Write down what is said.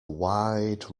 wide